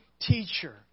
teacher